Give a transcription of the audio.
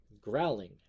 growling